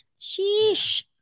Sheesh